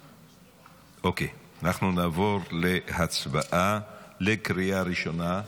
אוקיי, אנחנו נעבור להצבעה על קריאה ראשונה.